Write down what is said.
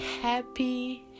happy